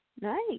Nice